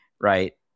right